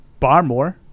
Barmore